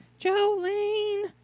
Jolene